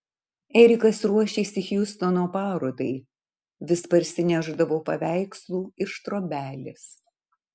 erikas ruošėsi hjustono parodai vis parsinešdavo paveikslų iš trobelės